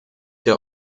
der